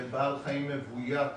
זה בעל חיים מבוית,